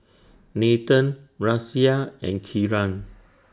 Nathan Razia and Kiran